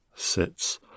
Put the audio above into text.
Sits